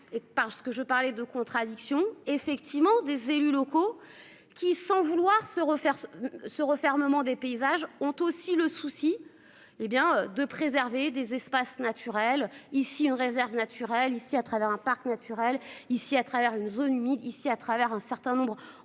parce que je parlais de contradiction effectivement des élus locaux qui, sans vouloir se refaire ce refermement des paysages ont aussi le souci est bien de préserver des espaces naturels ici une réserve naturelle ici à travers un parc naturel ici à travers une zone humide ici à travers un certain nombre